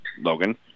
Logan